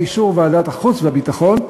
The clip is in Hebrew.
באישור ועדת החוץ והביטחון,